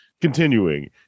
Continuing